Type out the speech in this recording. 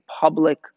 public